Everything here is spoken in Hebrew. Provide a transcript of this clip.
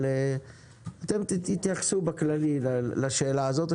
אתם תתייחסו באופן כללי לשאלה הזאת.